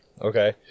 Okay